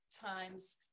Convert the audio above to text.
times